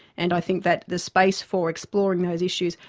and i think that the space for exploring those issues,